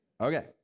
Okay